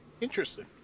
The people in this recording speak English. Interesting